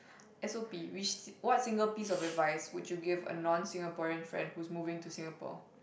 S_O_P which what Singapore piece of advice would you give a non Singaporean friend whose moving to Singapore